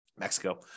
Mexico